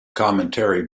commentary